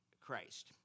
Christ